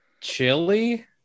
chili